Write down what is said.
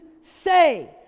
say